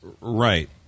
Right